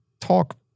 talk